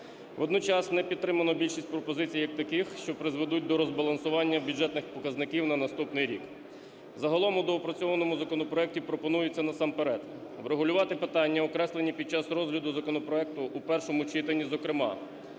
Водночас не підтримано більшість пропозицій як таких, що призведуть до розбалансування бюджетних показників на наступний рік. Загалом у доопрацьованому законопроекті пропонується насамперед врегулювати питання, окреслені під час розгляду законопроекту в першому читанні. Зокрема,